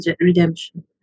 redemption